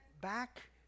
back